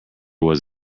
was